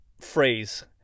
phrase